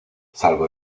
salvo